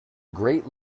great